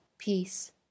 Peace